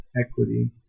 equity